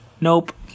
Nope